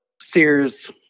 Sears